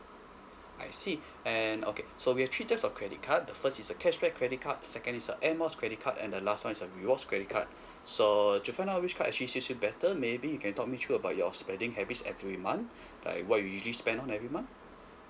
I see and okay so we have three type of credit card the first is a cashback credit card second is a air miles credit card and the last one is a rewards credit card so to find out which card actually suit you better maybe you can talk me through about your spending habits every month like what you usually spend on every month